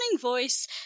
voice